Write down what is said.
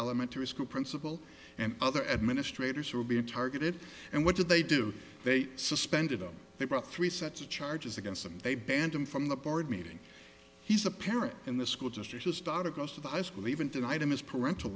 elementary school principal and other administrators who were being targeted and what did they do they suspended them they brought three sets of charges against them they banned him from the board meeting he's a parent in the school district his daughter goes to the high school even tonight in his parental